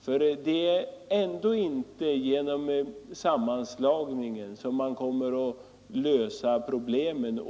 för det är ändå inte genom själva sammanslagningen som man kommer att lösa problemen.